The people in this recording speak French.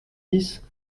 six